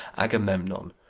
agamemnon.